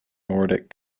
nordic